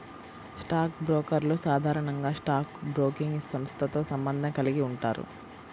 stock బ్రోకర్లు సాధారణంగా stock broking సంస్థతో సంబంధం కలిగి ఉంటారు